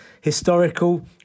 historical